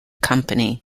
company